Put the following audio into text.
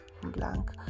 Blank